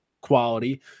quality